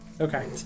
Okay